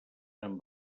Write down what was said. amb